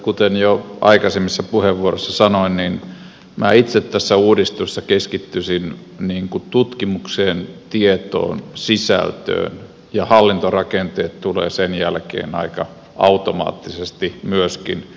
kuten jo aikaisemmissa puheenvuoroissani sanoin niin minä itse tässä uudistuksessa keskittyisin tutkimukseen tietoon sisältöön ja hallintorakenteet tulevat sen jälkeen aika automaattisesti myöskin